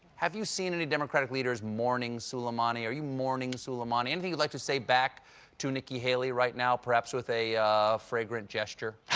have you seen any democratic leaders mourning soleimani? are you mourning soleimani? anything you'd like to say back with nikki haley right now, perhaps with a fragrant gesture?